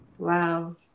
Wow